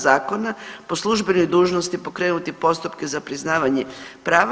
Zakona po službenoj dužnosti pokrenuti postupke za priznavanje prava.